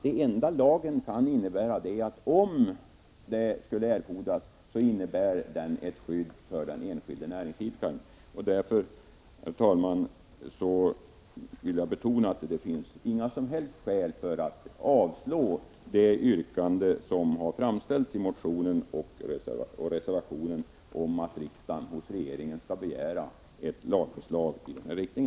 Det enda som lagen kan innebära är ett skydd, om så skulle erfordras, för den enskilde näringsidkaren. Därför, herr talman, vill jag betona att det inte finns några som helst skäl för att avslå det yrkande som har framställts i motionen och i reservationen om att riksdagen hos regeringen skall begära ett lagförslag i denna riktning.